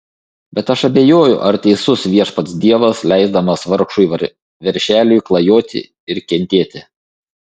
bet aš abejoju ar teisus viešpats dievas leisdamas vargšui veršeliui klajoti ir kentėti